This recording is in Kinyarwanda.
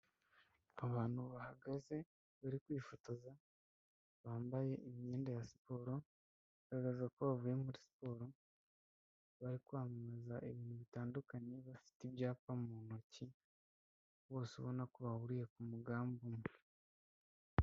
Abantu bahagaze bari kwifotoza bambaye imyenda ya siporo bagaragaza ko bavuye muri siporo bari kwamamaza ibintu bitandukanye bafite ibyapa mu ntoki bose ubona ko bahuriye ku mugambi umwe.